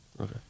okay